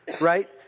right